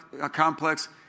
complex